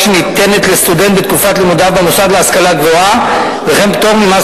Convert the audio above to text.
שניתנת לסטודנט בתקופת לימודיו במוסד להשכלה גבוהה וכן פטור ממס